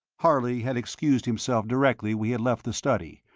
harley had excused himself directly we had left the study,